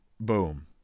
boom